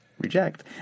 reject